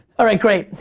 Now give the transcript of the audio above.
alright, great.